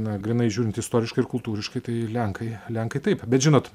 na grynai žiūrint istoriškai ir kultūriškai tai lenkai lenkai taip bet žinot